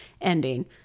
ending